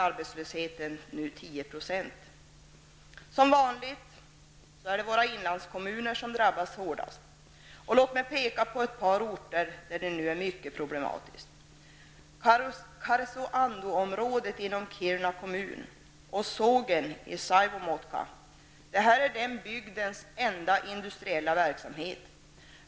Arbetslösheten närmar sig för dem Som vanligt är det inlandskommunerna som drabbas hårdast. Låt mig peka på ett par orter där det nu är mycket problematiskt. I Karesuando-området inom Kiruna kommun är sågen i Saivomuotka bygdens enda industriella verksamhet.